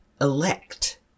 elect